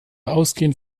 ausgehend